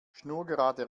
schnurgerade